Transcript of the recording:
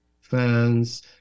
fans